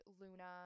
Luna